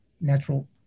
natural